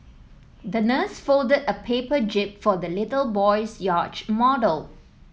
the nurse folded a paper jib for the little boy's yacht model